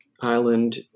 island